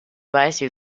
paesi